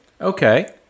Okay